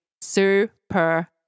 super